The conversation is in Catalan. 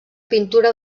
pintura